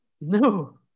no